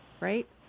Right